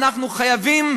ואנחנו חייבים